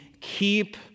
keep